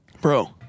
bro